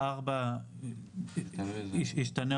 חוזר: "(3)בסעיף קטן (ג),